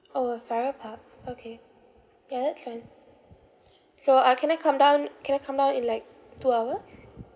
orh at farrer park okay ya that's fine so uh can I come down can I come down in like two hours